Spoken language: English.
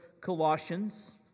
Colossians